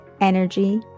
energy